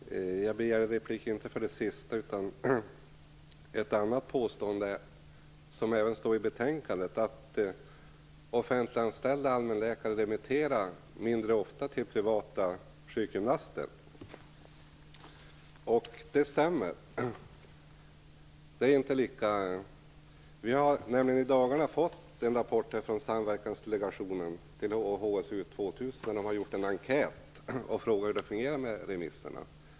Fru talman! Jag begärde inte ordet med anledning av det sista, utan med anledning av ett annat påstående som även finns i betänkandet, nämligen att offentliganställda allmänläkare skulle remittera mindre ofta till privata sjukgymnaster. Det stämmer. I dagarna har det kommit en rapport från Samverkansdelegationen i samband med HSU 2000. Man har gjort en enkät och frågat hur det fungerar med remisserna.